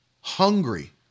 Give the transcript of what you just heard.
hungry